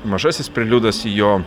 mažasis preliudas į jo